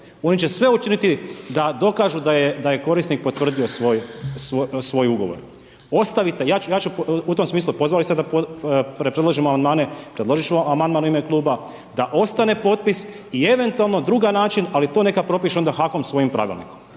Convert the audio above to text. oni će sve učiniti da dokažu da je korisnik potvrdio svoj ugovor. Ja ću u tom smislu, pozvali ste da predlažemo amandmane, predložit ću amandman u ime kluba da ostane potpis i eventualno drugi način ali to neka propiše onda HAKOM svojim pravilnikom.